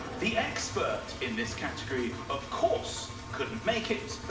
the expert in this category, of course, couldn't make it,